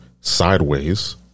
sideways